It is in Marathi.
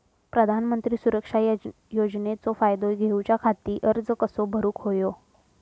प्रधानमंत्री सुरक्षा योजनेचो फायदो घेऊच्या खाती अर्ज कसो भरुक होयो?